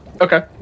Okay